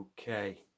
Okay